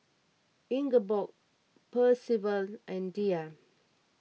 Ingeborg Percival and Diya